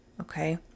Okay